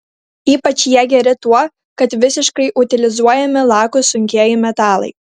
ypač jie geri tuo kad visiškai utilizuojami lakūs sunkieji metalai